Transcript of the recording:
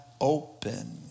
open